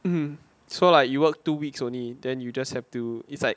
mmhmm so like you work two weeks only then you just have to it's like